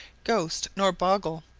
ghost nor bogle,